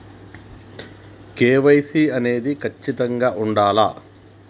KYC అనేది ఖచ్చితంగా ఉండాలా?